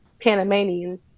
Panamanians